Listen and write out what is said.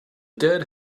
dead